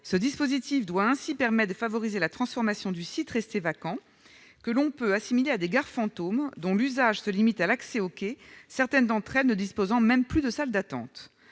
Ce dispositif doit permettre de favoriser la transformation de sites restés vacants, que l'on peut assimiler à des gares « fantômes » dont l'usage se limite à l'accès aux quais, certaines d'entre elles ne disposant même plus de salle d'attente.